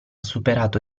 superato